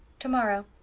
tomorrow.